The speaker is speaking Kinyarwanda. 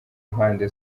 mpande